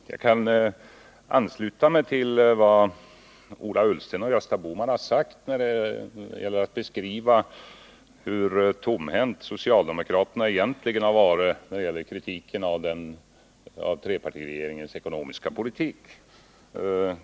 Herr talman! Jag kan ansluta mig till vad Ola Ullsten och Gösta Bohman har sagt när det gäller att beskriva hur tomhänta socialdemokraterna egentligen har varit när det gäller kritiken av trepartiregeringens ekonomiska politik.